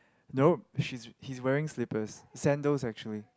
nope she's he is wearing slippers scandals actually